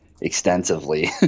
extensively